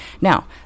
Now